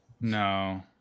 No